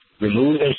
remove